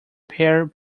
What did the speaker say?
bare